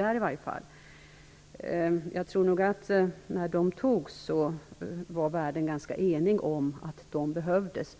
När sanktionerna infördes var världen ganska enig om att de behövdes.